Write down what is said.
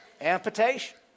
Amputation